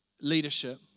leadership